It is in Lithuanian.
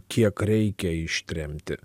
kiek reikia ištremti